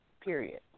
Period